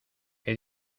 que